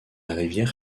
rivière